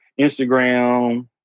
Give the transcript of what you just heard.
Instagram